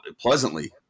pleasantly